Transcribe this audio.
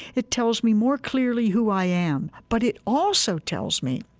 it tells me more clearly who i am, but it also tells me,